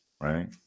Right